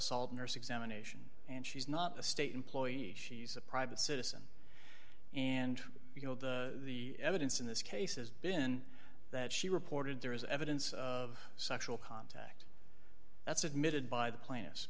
ult nurse examination and she's not a state employee she's a private citizen and you know the evidence in this case has been that she reported there is evidence of sexual contact that's admitted by the plans